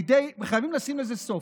וחייבים לשים לזה סוף.